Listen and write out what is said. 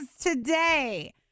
today